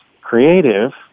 Creative